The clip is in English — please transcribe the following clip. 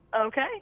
Okay